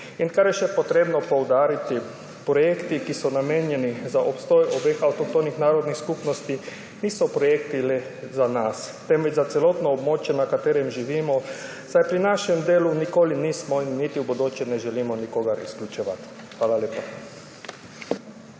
Kar je še potrebno poudariti, projekti, ki so namenjeni za obstoj obeh avtohtonih narodnih skupnosti, niso projekti le za nas, temveč za celotno območje, na katerem živimo, saj pri svojem delu nikoli nismo in niti v bodoče ne želimo nikogar izključevati. Hvala lepa.